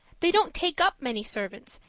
they don't take up many servants,